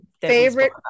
Favorite